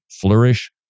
flourish